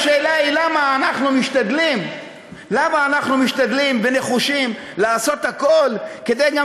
השאלה היא למה אנחנו משתדלים ונחושים לעשות הכול כדי גם